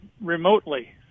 remotely